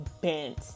bent